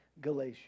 Galatia